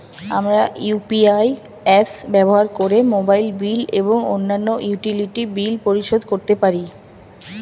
আমরা UPI apps ব্যবহার করে মোবাইল বিল এবং অন্যান্য ইউটিলিটি বিল পরিশোধ করতে পারি